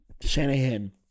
Shanahan